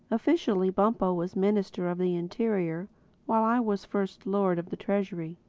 officially bumpo was minister of the interior while i was first lord of the treasury.